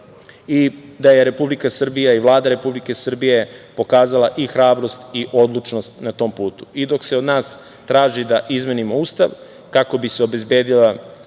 i da je Republika Srbija i Vlada Republike Srbije pokazala i hrabrost i odlučnost na tom putu. Dok se od nas traži da izmenimo Ustav kako bi se obezbedila,